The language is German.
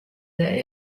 der